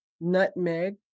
nutmeg